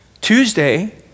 Tuesday